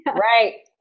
Right